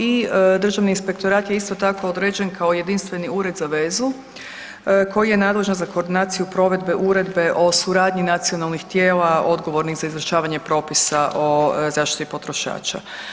I državni inspektorat je isto tako određen kako jedinstveni ured za vezu koji je nadležan za koordinaciju provedbe uredbe o suradnji nacionalnih tijela odgovornih za izvršavanje propisa o zaštiti potrošača.